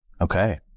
okay